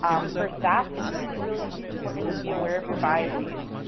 um for staff, it's really, really important to be aware of your biases.